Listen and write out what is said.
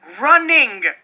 running